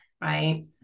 right